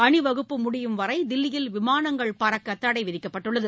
அணிவகுப்பு முடியும்வரை தில்லியில் விமானங்கள் பறக்க தடைவிதிக்கப்பட்டுள்ளது